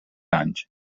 anys